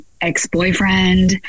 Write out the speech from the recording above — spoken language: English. ex-boyfriend